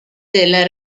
della